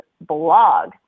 blog